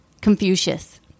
Confucius